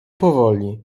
powoli